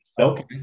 okay